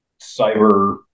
cyber